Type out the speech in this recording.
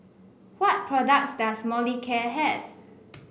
what products does Molicare have